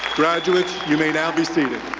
graduates, you may now be seated.